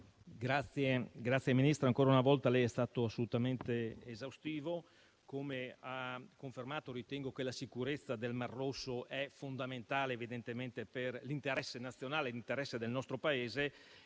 signor Ministro, ancora una volta lei è stato assolutamente esaustivo. Come ha confermato ritengo che la sicurezza del mar Rosso è fondamentale, evidentemente per l'interesse nazionale, l'interesse del nostro Paese.